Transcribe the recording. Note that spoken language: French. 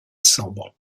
sambre